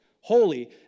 holy